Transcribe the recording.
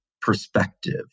perspective